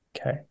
Okay